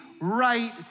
right